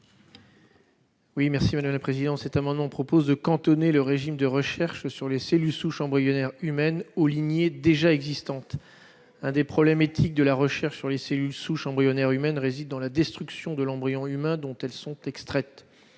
à M. Guillaume Chevrollier. Cet amendement tend à cantonner le régime de recherches sur les cellules souches embryonnaires humaines aux lignées déjà existantes. Un des problèmes éthiques de la recherche sur les cellules souches embryonnaires humaines réside dans la destruction de l'embryon humain dont elles sont extraites.